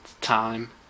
time